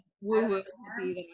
woo-woo